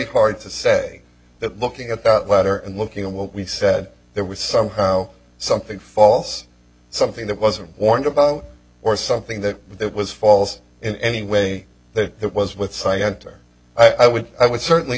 hard to say that looking at that letter and looking what we said there was somehow something false something that wasn't warned about or something that that was false in any way that there was with side enter i would i would certainly